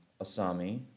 Asami